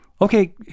Okay